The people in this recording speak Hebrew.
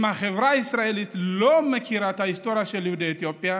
אם החברה הישראלית לא מכירה את ההיסטוריה של יהודי אתיופיה,